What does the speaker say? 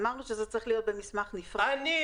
אמרנו שזה צריך להיות במסמך נפרד --- אני.